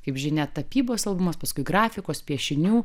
kaip žinia tapybos albumas paskui grafikos piešinių